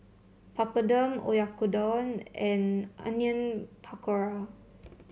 Papadum Oyakodon and Onion Pakora